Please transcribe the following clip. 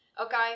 Okay